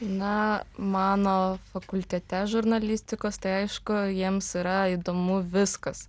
na mano fakultete žurnalistikos tai aišku jiems yra įdomu viskas